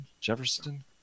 Jefferson